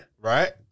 Right